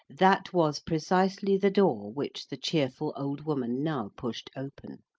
that was precisely the door which the cheerful old woman now pushed open.